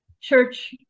church